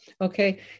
Okay